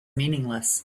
meaningless